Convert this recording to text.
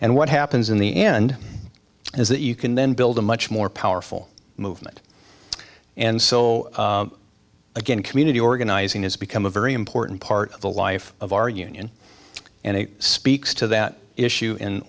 and what happens in the end is that you can then build a much more powerful movement and so again community organizing has become a very important part of the life of our union and it speaks to that issue in